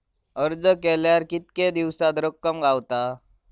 अर्ज केल्यार कीतके दिवसात रक्कम गावता?